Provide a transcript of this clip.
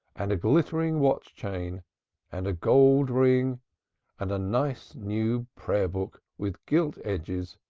and a glittering watch-chain and a gold ring and a nice new prayer-book with gilt edges,